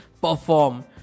perform